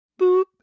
boop